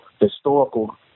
historical